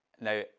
Now